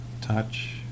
touch